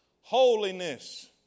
holiness